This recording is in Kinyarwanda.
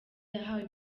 yahawe